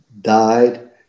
died